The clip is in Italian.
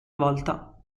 volta